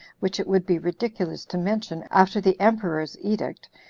which it would be ridiculous to mention after the emperor's edict,